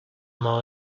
more